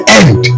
end